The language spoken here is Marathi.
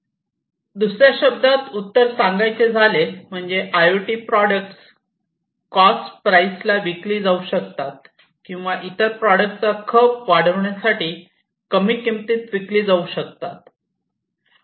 उत्तर शब्दात दुसऱ्या शब्दात सांगायचे झाले म्हणजे I O T products cost price ला विकली जाऊ शकतात किंवा इतर प्रोडक्ट चा खप वाढण्यासाठी कमी किमतीत विकली जाऊ शकतात